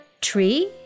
tree